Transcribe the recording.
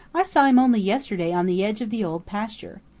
i saw him only yesterday on the edge of the old pasture.